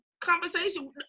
conversation